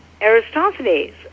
Aristophanes